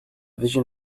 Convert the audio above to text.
vision